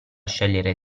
scegliere